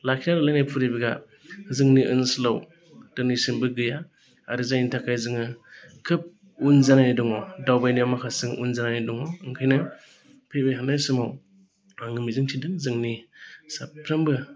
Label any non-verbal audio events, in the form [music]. लाखिनानै [unintelligible] फुरिबेसआ जोंनि ओनसोलाव दिनैसिमबो गैया आरो जायनि थाखाय जोङो खोब उन जानानै दङ दावबायनायाव माखासे जों उन जानानै दङ ओंखायनो फैबाय थानाय समाव आङो मिजिं थिदों जोंनि साफ्रोमबो